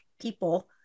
people